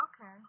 okay